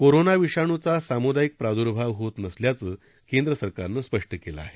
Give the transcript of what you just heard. corona विषाणूचा सामुदायिक प्राद्र्भाव होत नसल्याचं केंद्र सरकारनं स्पष्ट केलं आहे